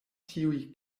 tiuj